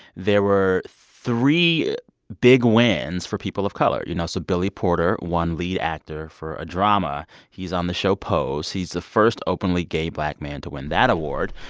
there were three big wins for people of color. you know, so billy porter won lead actor for a drama. he's on the show pose. he's the first openly gay black man to win that award.